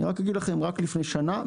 אני רק אגיד לכם - רק לפני שנה,